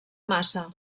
massa